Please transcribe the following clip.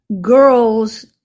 girls